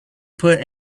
put